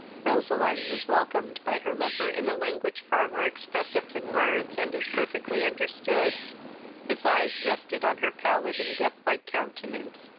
roseline was welcomed by her lover in a language far more expressive than words, and as perfectly understood his eyes rested on her pallid and death-like countenance,